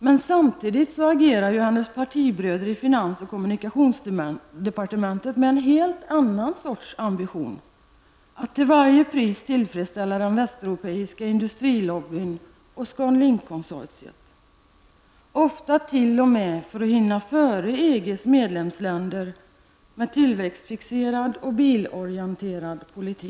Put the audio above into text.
Men samtidigt agerar hennes partibröder i finans och kommunikationsdepartementen med en helt annan sorts ambition, nämligen att till varje pris tillfredsställa den västeuropeiska industrilobbyn och Scanlink-konsortiet -- ofta t.o.m. för att hinna före EGs medlemsländer med tillväxtfixerad och bilorienterad politik.